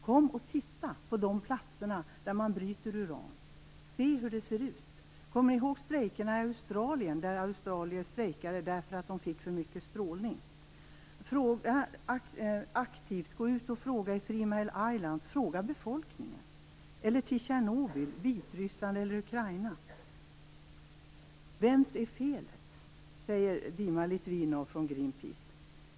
Kom och titta på de platser där man bryter uran och se hur det ser ut! Kom ihåg strejkerna i Australien, där australier strejkade därför att de fick för mycket strålning! Fråga aktivt! Gå ut och fråga i Three Mile Island! Fråga befolkningen där eller i Tjernobyl, Vitryssland och Ukraina! Vems är felet? frågar en representant från Greenpeace.